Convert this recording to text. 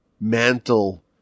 mantle